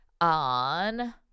on